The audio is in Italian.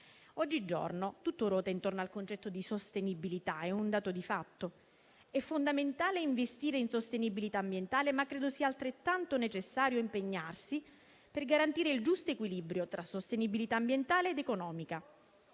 Oggigiorno tutto ruota intorno al concetto di sostenibilità; è un dato di fatto. È fondamentale investire in sostenibilità ambientale, ma credo sia altrettanto necessario impegnarsi per garantire il giusto equilibrio tra sostenibilità ambientale ed economica.